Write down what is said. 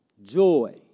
joy